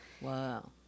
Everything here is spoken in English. Wow